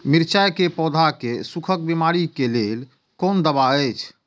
मिरचाई के पौधा के सुखक बिमारी के लेल कोन दवा अछि?